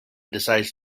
decides